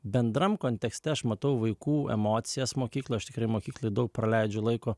bendram kontekste aš matau vaikų emocijas mokykloj aš tikrai mokykloj daug praleidžiu laiko